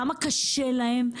כמה קשה להם,